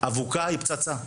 אבוקה היא פצצה,